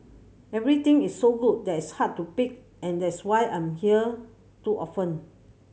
everything is so good that it's hard to pick and that's why I'm in here too often